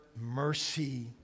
mercy